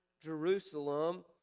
Jerusalem